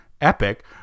epic